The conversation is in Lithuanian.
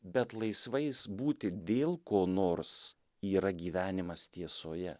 bet laisvais būti dėl ko nors yra gyvenimas tiesoje